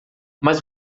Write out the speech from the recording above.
mas